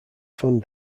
fund